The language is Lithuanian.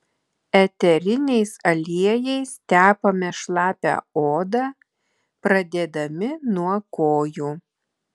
eteriniais aliejais tepame šlapią odą pradėdami nuo kojų